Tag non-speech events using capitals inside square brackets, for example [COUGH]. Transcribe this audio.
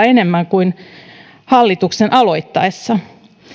[UNINTELLIGIBLE] enemmän kuin hallituksen aloittaessa